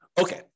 Okay